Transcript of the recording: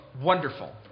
Wonderful